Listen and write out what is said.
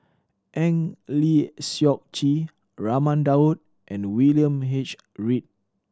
Eng Lee Seok Chee Raman Daud and William H Read